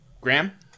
Graham